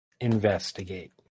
Investigate